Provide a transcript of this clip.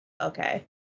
Okay